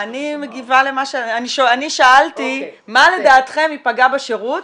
אני שאלתי מה לדעתכם יפגע בשירות,